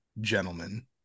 gentlemen